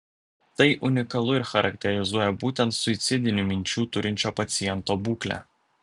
tai unikalu ir charakterizuoja būtent suicidinių minčių turinčio paciento būklę